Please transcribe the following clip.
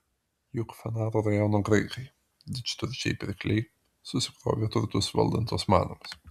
juk fanaro rajono graikai didžturčiai pirkliai susikrovė turtus valdant osmanams